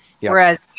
Whereas